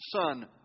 Son